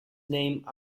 named